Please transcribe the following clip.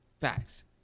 Facts